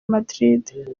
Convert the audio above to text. madrid